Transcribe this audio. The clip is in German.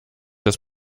das